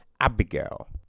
Abigail